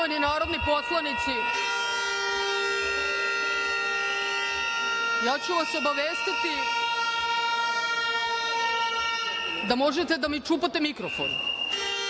Poštovani narodni poslanici, ja ću vas obavestiti da možete da mi čupate mikrofon,